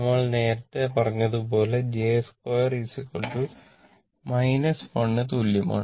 നമ്മൾ നേരത്തെ പറഞ്ഞത് പോലെ j 2 1 തുല്യമാണ്